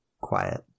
quiet